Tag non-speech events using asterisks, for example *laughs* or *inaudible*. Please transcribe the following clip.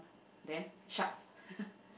then sharks *laughs*